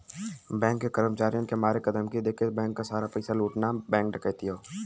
bank के कर्मचारियन के मारे क धमकी देके बैंक सारा पइसा लूटना बैंक डकैती हौ